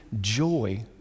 joy